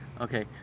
Okay